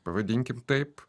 pavadinkim taip